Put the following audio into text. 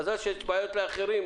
מזל שיש בעיות לאחרים,